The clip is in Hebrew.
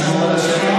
נא לשמור על השקט,